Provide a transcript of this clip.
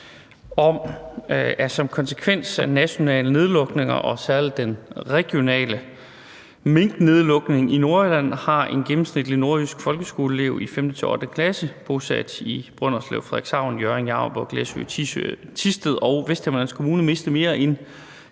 som konsekvens af nationale nedlukninger og den særlige regionale minknedlukning i Nordjylland har en gennemsnitlig nordjysk folkeskoleelev i 5.-8. klasse bosat i Brønderslev, Frederikshavn, Hjørring, Jammerbugt, Læsø, Thisted og Vesthimmerlands Kommuner mistet mere end